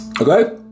Okay